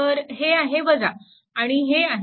तर हे आहे आणि हे आहे